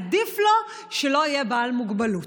עדיף לו שלא יהיה בעל מוגבלות?